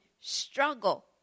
struggle